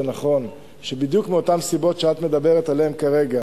זה נכון שבדיוק מאותן סיבות שאת מדברת עליהן כרגע,